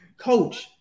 coach